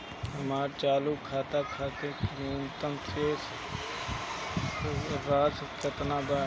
हमर चालू खाता खातिर न्यूनतम शेष राशि केतना बा?